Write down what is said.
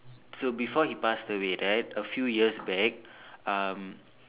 so before he pass away right a few years back